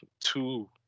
two